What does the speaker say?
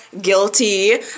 guilty